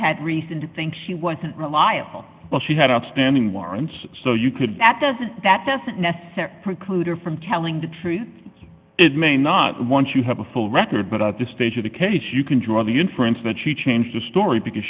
had reason to think she wasn't reliable well she had outstanding warrants so you could that doesn't that doesn't necessarily preclude her from telling the truth it may not once you have a full record but at this stage of the case you can draw the inference that she changed the story because